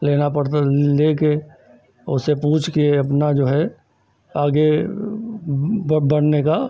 लेना पड़ता था लेकर और उससे पूछकर अपना जो है आगे बढ़ने का